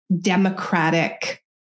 democratic